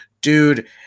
dude